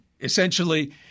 Essentially